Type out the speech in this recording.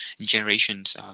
generations